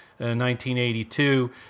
1982